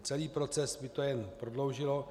Celý proces by to jen prodloužilo.